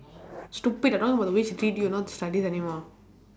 stupid I talking about the way she treat you not the studies anymore